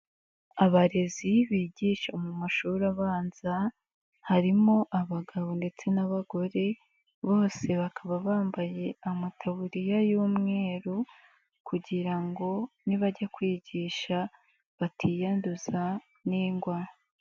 Abarezi bigisha mu mashuri abanza harimo abagabo ndetse n'abagore bose bakaba bambaye amataburiya y'umweru kugira ngo nibajya kwigisha batiyanduza n'ingwa.